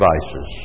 devices